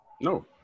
No